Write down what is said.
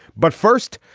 but first,